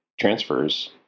transfers